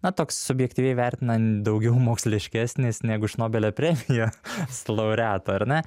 na toks subjektyviai vertinant daugiau moksliškesnis negu šnobelio premija s laureato ar ne